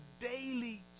daily